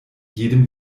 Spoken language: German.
jedem